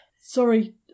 Sorry